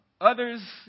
Others